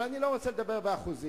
אבל אני לא רוצה לדבר באחוזים.